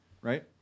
Right